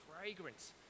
fragrance